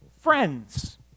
Friends